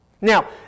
Now